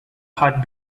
had